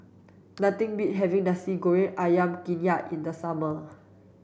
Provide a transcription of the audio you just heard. nothing beats having nasi goreng ayam kunyit in the summer